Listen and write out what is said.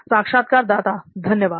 साक्षात्कारदाता धन्यवाद